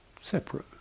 separate